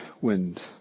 wind